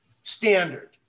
Standard